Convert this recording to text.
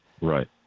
Right